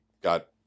got